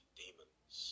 demons